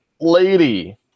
lady